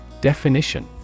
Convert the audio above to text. Definition